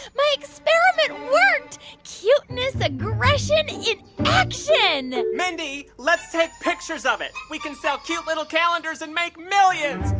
my experiment worked cuteness aggression in action mindy, let's take pictures of it. we can sell cute, little calendars and make millions.